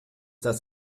das